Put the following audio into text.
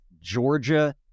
Georgia